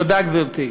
תודה, גברתי.